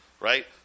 right